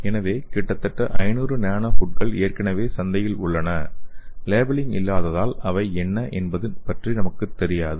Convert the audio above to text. எனவே கிட்டத்தட்ட 500 நானோஃபுட்கள் ஏற்கனவே சந்தையில் உள்ளன லேபிளிங் இல்லாததால் அவை என்ன என்பது பற்றி நமக்குத் தெரியாது